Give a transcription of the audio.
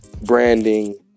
branding